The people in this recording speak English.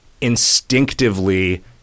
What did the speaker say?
instinctively